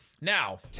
Now